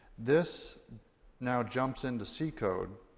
this now jumps into c code.